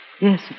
Yes